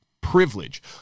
privilege